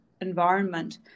environment